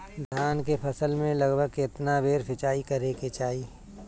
धान के फसल मे लगभग केतना बेर सिचाई करे के चाही?